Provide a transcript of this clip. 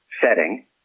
setting